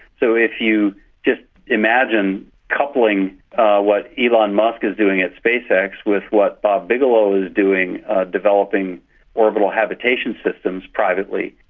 so if you just imagine coupling what elon musk is doing at spacex with what bob bigelow is doing developing orbital habitation systems privately,